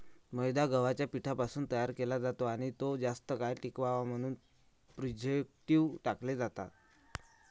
मैदा गव्हाच्या पिठापासून तयार केला जातो आणि तो जास्त काळ टिकावा म्हणून प्रिझर्व्हेटिव्ह टाकले जातात